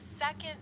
second